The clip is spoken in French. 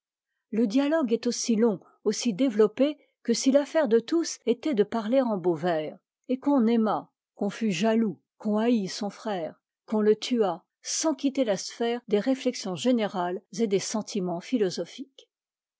le dialogue est aussi long aussi développé que si l'affaire de tous était de parler en beaux vers et qu'on aimât qu'on fût jaloux qu'on hait son frère qu'on le tuât sans quitter la sphère des réflexions générales et des sentiments philosophiques